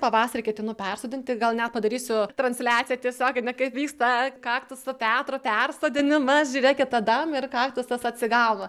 pavasarį ketinu persodinti gal net padarysiu transliaciją tiesioginę kaip vyksta kaktuso petro persodinimas žiūrėkit tadam ir kaktusas atsigavo